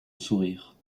sourire